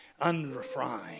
unrefined